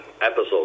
episode